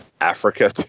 Africa